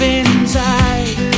inside